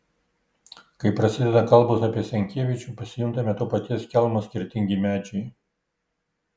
kai prasideda kalbos apie senkievičių pasijuntame to paties kelmo skirtingi medžiai